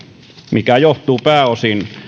mikä johtuu pääosin